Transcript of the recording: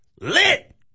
lit